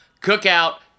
cookout